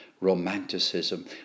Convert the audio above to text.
Romanticism